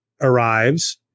arrives